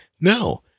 no